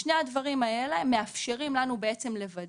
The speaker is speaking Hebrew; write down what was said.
שני הדברים האלה מאפשרים לנו לוודא,